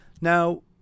Now